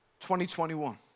2021